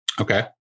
Okay